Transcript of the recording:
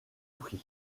prix